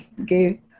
Okay